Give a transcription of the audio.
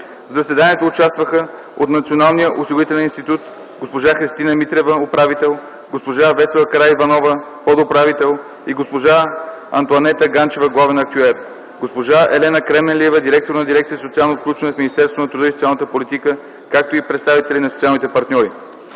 В заседанието участваха от Националния осигурителен институт: госпожа Христина Митрева – управител, госпожа Весела Караиванова-Начева – подуправител, и госпожа Антоанета Ганчева – главен актюер; госпожа Елена Кременлиева – директор на Дирекция „Социално включване в Министерството на труда и социалната политика, както и представители на социалните партньори.